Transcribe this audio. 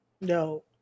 No